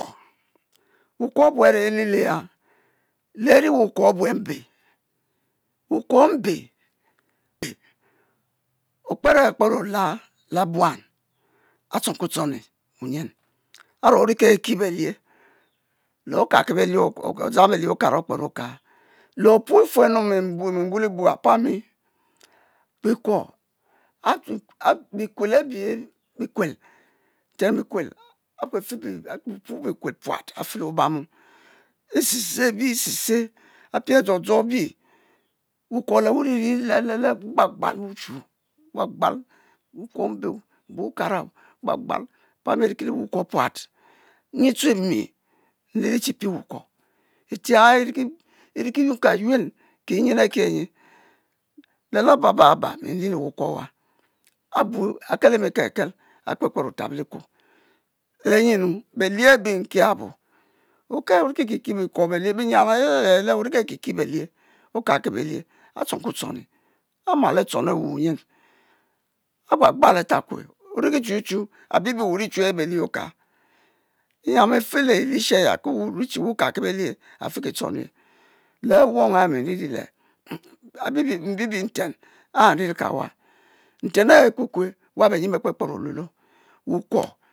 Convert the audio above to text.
Wukuo abu a'reh eleleh ya, le eih wukwo a'bueh mbe, wukwo mbe euh, okpere e kpehir ola le buan actom koctoni wu nyien a' re ori ki ehe belie, le oka' ki belie abe le okara okpere ok'a, le ofue-nu mi mbu li bu Apa'mi bekwuo ah ah ah bekuel e'bi bi'kuel nn'eten be'kuel n'fefe a' pupuo bi kuel kpuat a'fe le obamu e tse tse ebi e ste stse a'pie a'dzo-dzo bi wukuo le wuri ri lele-le wu' gba gbal, a'pami a'riki le wukuo puat nyi tchue. i n'ri li chi pie wukuo, e'te'h eyami e' riki nyuen' ka nyuen kii nyen ake nyi, le la-ba'-ba ba n' riri le wukuo e' wa a' bu a' kele' mi ke' kel a' kpe kpe o'tabo likuo le' nye-ni be'lie abe n'ki abo u'kel o' ri' ki' ki kie wokuo be' lie, bie nyiam la' he' le- la' he' le ori' ke' ki' ki be' lie oka' kie be'lie a' tchon kwe tchon ni amal a' tchon'ni wa' nyen a'gbal gbal a' tap'kwe, ori'ki chu-chu a'bi bi we' ori'chuehe belie o'ka bi'n nyian a'fe le he e'sgi aya ki w'e oruw tche oka-kie belie a'fe ki tcho' nue, le' awon e mi' nnriri le m'bibi nten e' n' rilki awa, nten e' he aku'kwe, wa' be nyen be' kpe-kper o'luel' lo wukuo.